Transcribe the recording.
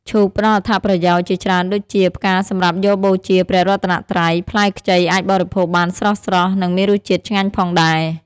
ឈូកផ្តល់អត្ថប្រយោជន៍ជាច្រើនដូចជា ផ្កាសម្រាប់យកបូជាព្រះរតនត្រ័យ, ផ្លែខ្ចីអាចបរិភោគបានស្រស់ៗ និងមានរសជាតិឆ្ងាញ់ផងដែរ ។